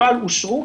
לא אלה שאושרו.